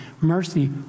mercy